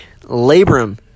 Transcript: labrum